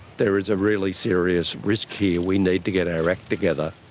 there is a really serious risk here we need to get our act together.